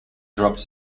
dropped